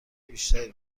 بیشتری